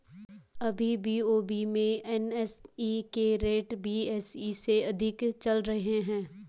अभी बी.ओ.बी में एन.एस.ई के रेट बी.एस.ई से अधिक ही चल रहे हैं